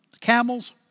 camels